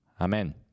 Amen